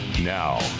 Now